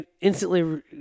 instantly